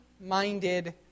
minded